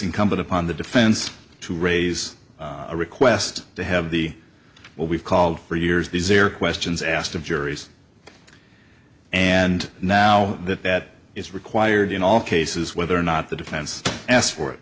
incumbent upon the defense to raise a request to have the what we've called for years these are questions asked of juries and now that that is required in all cases whether or not the defense asked for it